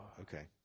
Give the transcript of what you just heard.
okay